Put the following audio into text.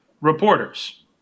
reporters